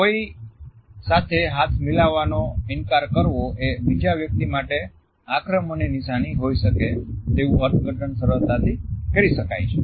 કોઈ સાથે હાથ મિલાવવોનો ઇનકાર કરવો એ બીજા વ્યક્તિ માટે આક્રમણની નિશાની હોઈ શકે તેવું અર્થઘટન સરળતાથી કરી શકાય છે